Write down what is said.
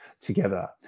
together